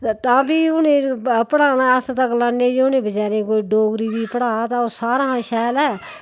तां फ्ही उ'ने पढ़ाना अस ते गलाने जे उ'नें बचैरें कोई डोगरी बी पढ़ाऽ तां सारें शा शैल ऐ